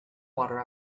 water